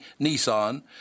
Nissan